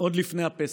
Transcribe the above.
עוד לפני הפסח.